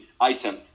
item